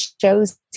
shows